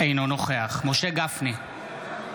אינו נוכח משה גפני,